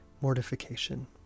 mortification